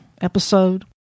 episode